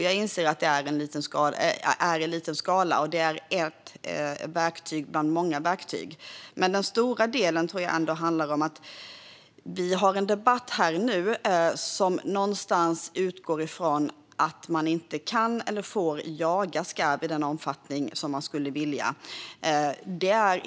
Jag inser att detta är i liten skala och ett verktyg bland många, men den stora delen tror jag ändå handlar om att vi nu har en debatt som verkar utgå från att man inte kan eller får jaga skarv i den omfattning som man skulle vilja.